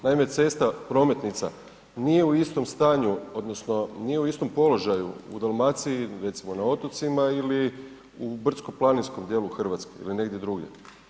Naime cesta, prometnica nije u istom stanju, odnosno nije u istom položaju u Dalmaciji, recimo na otocima ili u brdsko-planinskom dijelu Hrvatske ili negdje drugdje.